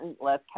less